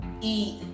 eat